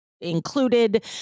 included